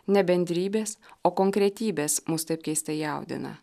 ne bendrybės o konkretybės mus taip keistai jaudina